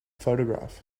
photograph